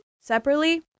separately